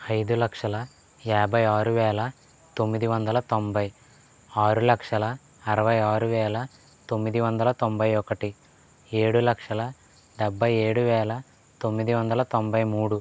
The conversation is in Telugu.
ఐదులక్షల యాభై ఆరువేల తొమ్మిది వందల తొంభై ఆరు లక్షల అరవై ఆరు వేల తొమ్మిది వందల తొంభై ఒక్కటి ఏడు లక్షల డెబ్బై ఏడువేల తొమ్మిది వందల తొంభై మూడు